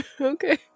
Okay